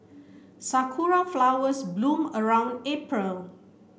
sakura flowers bloom around April